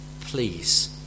please